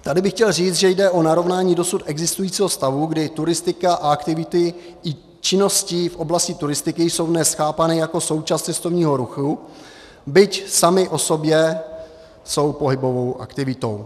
Tady bych chtěl říct, že jde o narovnání dosud existujícího stavu, kdy turistika a aktivity i činnosti v oblasti turistiky jsou dnes chápány jako součást cestovního ruchu, byť samy o sobě jsou pohybovou aktivitou.